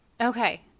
okay